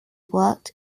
worked